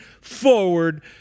forward